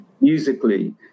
musically